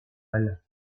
elles